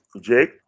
Jake